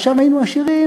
ושם היינו עשירים.